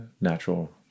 natural